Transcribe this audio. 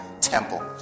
temple